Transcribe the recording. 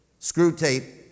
Screwtape